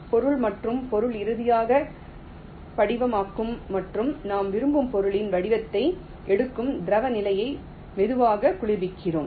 பொருள் மற்றும் பொருள் இறுதியாக படிகமாக்கும் மற்றும் நாம் விரும்பும் பொருளின் வடிவத்தை எடுக்கும் திரவ நிலையை மெதுவாக குளிர்விக்கிறோம்